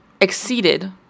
exceeded